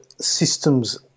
systems